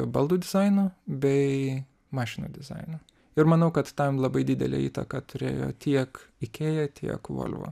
baldų dizaino bei mašinų dizaino ir manau kad tam labai didelę įtaką turėjo tiek ikėja tiek volvo